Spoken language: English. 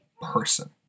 person